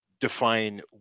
define